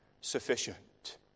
sufficient